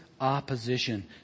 opposition